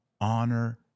honor